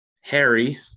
Harry